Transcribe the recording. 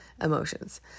emotions